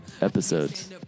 episodes